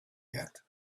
yet